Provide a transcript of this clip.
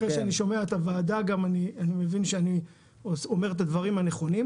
אחרי שאני שומע את הוועדה אני גם מבין שאני אומר את הדברים הנכונים,